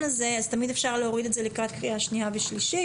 הזה אז תמיד אפשר להוריד את זה לקראת קריאה שנייה ושלישית.